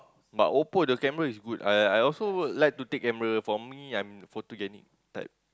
but Oppo the camera is good I I also like to take camera for me I'm photogenic type